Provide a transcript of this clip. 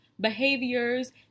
behaviors